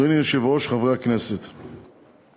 חוק ומשפט תדון בהצעת חוק סדר הדין הפלילי (חקירת חשודים) (תיקון מס'